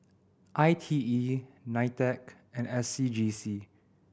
I T E NITEC and S C G C